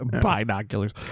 binoculars